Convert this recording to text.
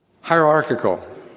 hierarchical